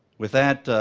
with that,